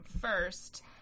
first